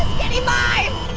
skinny mime!